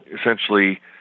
essentially